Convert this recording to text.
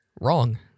wrong